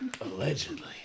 Allegedly